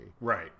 Right